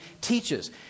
teaches